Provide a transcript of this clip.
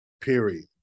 Period